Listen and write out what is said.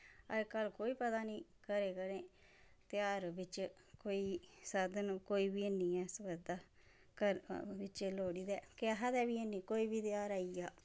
अज्जकल कोई पता निं घरें घरें त्यहार बिच्च कोई साधन कोई बी ऐनी ऐ सुविधा घर बिच्च लोह्ड़ी दे कैहा दा बी ऐनी कोई बी ध्यार आई जा